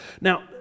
Now